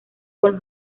con